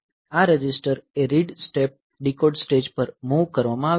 આ રજિસ્ટર એ read step decode stage પર મૂવ કરવામાં આવ્યું છે